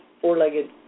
four-legged